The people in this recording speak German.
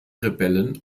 rebellen